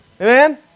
Amen